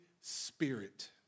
Spirit